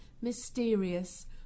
mysterious